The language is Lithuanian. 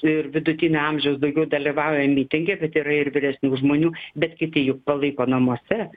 ir vidutinio amžiaus daugiau dalyvauja mitinge bet yra ir vyresnių žmonių bet kiti juk palaiko namuose